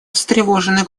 встревожены